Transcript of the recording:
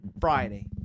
Friday